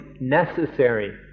necessary